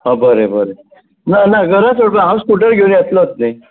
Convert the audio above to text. हां बरें बरें ना ना घरा सोडुना हांव स्कूटर घेवन येतलोत न्ही